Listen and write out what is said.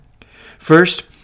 first